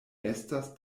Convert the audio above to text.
estas